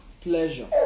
pleasure